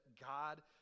God